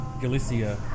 Galicia